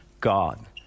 God